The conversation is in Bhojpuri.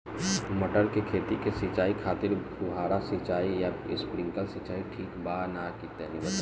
मटर के खेती के सिचाई खातिर फुहारा सिंचाई या स्प्रिंकलर सिंचाई ठीक बा या ना तनि बताई?